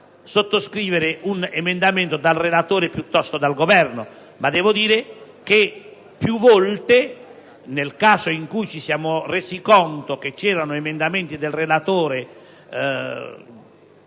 di far sottoscrivere un emendamento dal relatore piuttosto che dal Governo, ma devo dire che più volte, nel caso in cui ci siamo resi conto di essere in presenza di emendamenti del relatore